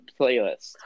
playlist